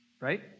right